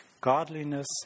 godliness